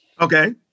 Okay